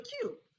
cute